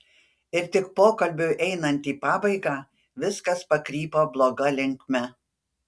ir tik pokalbiui einant į pabaigą viskas pakrypo bloga linkme